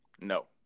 No